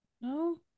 no